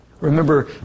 Remember